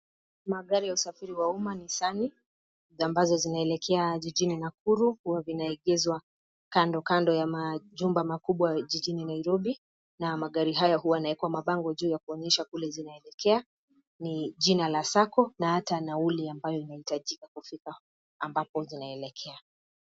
Magari ya usafiri wa umma, nissani, na ambazo zinaelekea jijini Nakuru, huwa vinaegezwa kando kando ya majumba makubwa jijini Nairobi, na magari haya huwa yanawekwa mabango juu ya kuonyesha kule zinaelekea, ni jina la sacco , na hata nauli ambayo inahitajika kufika ambapo zinaekelea.